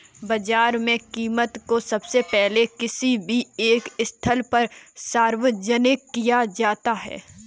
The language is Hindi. बाजार में कीमत को सबसे पहले किसी भी एक स्थल पर सार्वजनिक किया जाता है